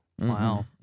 Wow